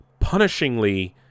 punishingly